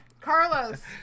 Carlos